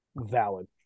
Valid